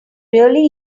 really